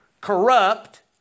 corrupt